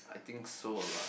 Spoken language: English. I think so lah